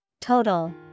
Total